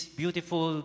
beautiful